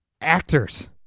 actors